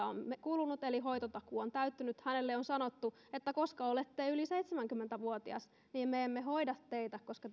on kulunut eli hoitotakuu on täyttynyt hänelle on sanottu että koska olette yli seitsemänkymmentä vuotias niin me emme hoida teitä koska